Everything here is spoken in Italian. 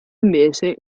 invece